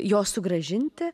jos sugrąžinti